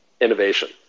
innovation